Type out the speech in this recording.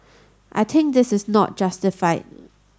I think is not justified